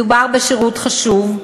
מדובר בשירות חשוב,